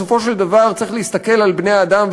בסופו של דבר צריך להסתכל על בני-האדם,